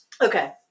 Okay